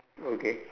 okay